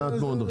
מעט מאוד.